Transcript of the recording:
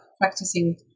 practicing